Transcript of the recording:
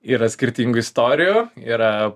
yra skirtingų istorijų yra